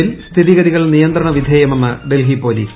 will സ്ഥിതിഗതികൾ നിയന്ത്രണ വിധേയമെന്ന് ഡൽഹി പൊലീസ്